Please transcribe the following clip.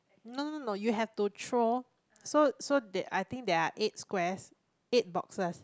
no no no you have to throw so so that I think there are eight squares eight boxes